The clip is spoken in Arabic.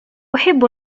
أحب